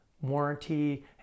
warranty